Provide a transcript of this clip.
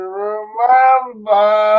remember